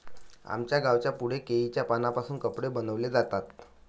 आमच्या गावाच्या पुढे केळीच्या पानांपासून कपडे बनवले जातात